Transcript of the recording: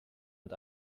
mit